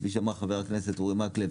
כפי שאמר כאן חבר הכנסת אורי מקלב,